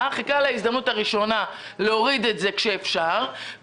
וחיכה להזדמנות הראשונה להוריד את זה כאפשר.